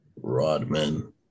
Rodman